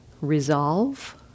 resolve